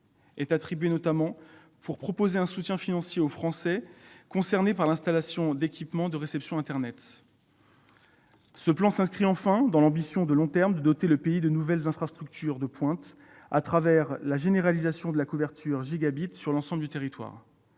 attribuée pour proposer un soutien financier aux Français concernés pour l'installation d'équipements de réception d'internet. Le plan s'inscrit enfin dans l'ambition de long terme : doter le pays de nouvelles infrastructures de pointe, au travers de la généralisation de la couverture gigabit sur l'ensemble du territoire.